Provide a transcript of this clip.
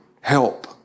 Help